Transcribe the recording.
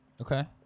Okay